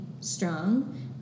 strong